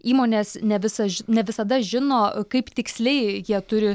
įmonės ne visai ne visada žino kaip tiksliai jie turi